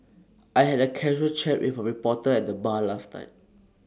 I had A casual chat with A reporter at the bar last night